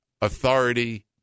authority